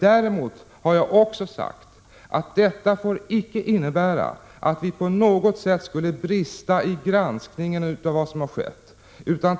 Däremot har jag också sagt att detta icke får innebära att vi på något sätt skulle brista i granskningen av vad som har skett.